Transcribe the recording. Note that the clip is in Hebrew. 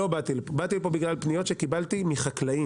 אבל לא, באתי לפה בגלל פניות שקיבלתי מחקלאים,